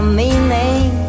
meaning